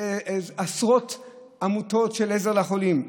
עשרות עמותות של עזר לחולים.